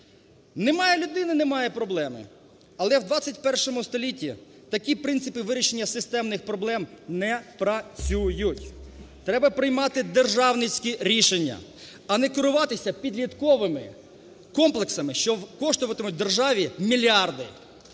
Немає людини – немає проблеми. Але в ХХІ столітті такі принципи вирішення системних проблем не працюють. Треба приймати державницькі рішення, а не керуватися підлітковими комплексами, що коштуватимуть державі мільярди.